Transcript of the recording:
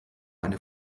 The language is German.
eine